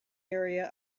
area